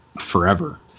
forever